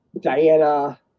Diana